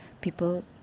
people